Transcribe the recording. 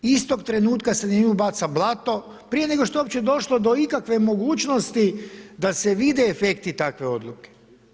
Istog trenutka se na nju baca blato, prije nego što je uopće došlo do ikakve mogućnosti da se vide efekti takve odluke.